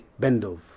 Bendov